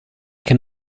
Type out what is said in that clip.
can